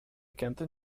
kenton